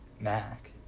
Mac